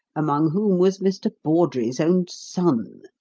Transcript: among whom was mr. bawdrey's own son,